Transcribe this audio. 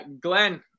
glenn